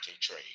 trade